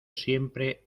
siempre